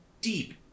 deep